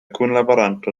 kunlaboranto